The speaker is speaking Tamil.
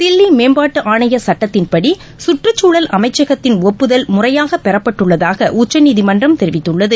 தில்லி மேம்பாட்டு ஆணைய சுட்டத்தின்படி சுற்றுச்சூழல் அமைச்சகத்தின் ஒப்புதல் முறையாக பெறப்பட்டுள்ளதாக உச்சநீதிமன்றம் தெரிவித்துள்ளது